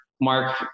Mark